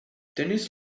dennis